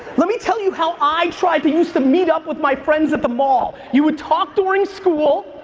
let me tell you how i tried to used to meet up with my friends at the mall. you would talk during school